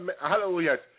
hallelujah